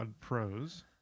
Pros